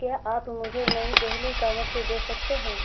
کیا آپ مجھے نئی دہلی کا وقت دے سکتے ہیں